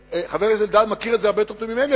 חבר הכנסת אלדד מכיר את זה יותר טוב ממני,